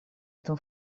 этом